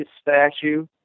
statue